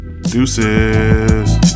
Deuces